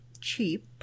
cheap